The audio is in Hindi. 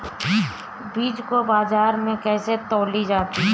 बीज को बाजार में कैसे तौली जाती है?